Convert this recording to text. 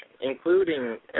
including